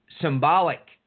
symbolic